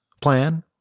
plan